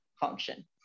function